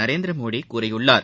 நரேந்திரமோடி கூறியுள்ளார்